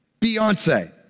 Beyonce